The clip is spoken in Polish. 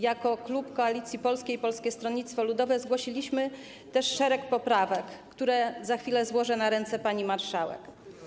Jako klub Koalicji Polskiej - Polskie Stronnictwo Ludowe zgłosiliśmy też szereg poprawek, które za chwilę złożę na ręce pani marszałek.